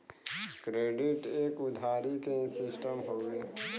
credit एक उधारी के सिस्टम हउवे